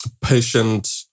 patient